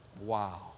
Wow